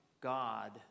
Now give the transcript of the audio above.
God